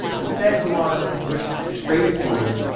instead, he wanted us to switch to grade schoolers,